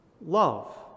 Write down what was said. Love